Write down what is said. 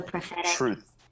truth